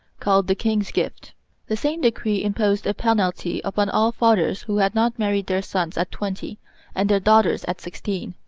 called the king's gift the same decree imposed a penalty upon all fathers who had not married their sons at twenty and their daughters at sixteen.